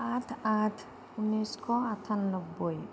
সাত আঠ ঊনৈছশ আঠানব্বৈ